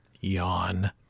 yawn